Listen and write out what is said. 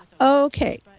Okay